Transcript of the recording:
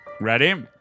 ready